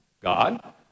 God